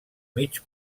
mig